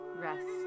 rest